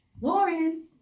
lauren